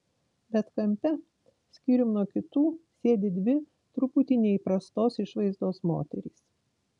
bet kampe skyrium nuo kitų sėdi dvi truputį neįprastos išvaizdos moterys